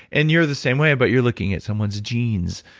and you're the same way, but you're looking at someone's genes